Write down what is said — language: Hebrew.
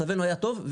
מצבנו היה טוב,